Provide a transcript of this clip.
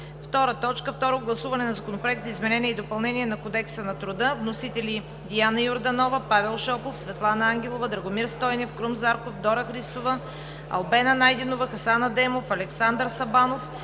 2017 г. 2. Второ гласуване на Законопроекта за изменение и допълнение на Кодекса на труда